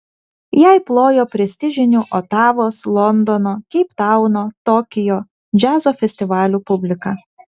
jai plojo prestižinių otavos londono keiptauno tokijo džiazo festivalių publika